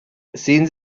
sehen